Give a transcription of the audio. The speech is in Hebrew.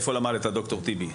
איפה למדת ד"ר טיבי?